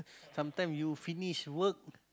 sometime you finish work